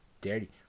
dirty